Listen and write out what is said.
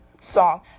song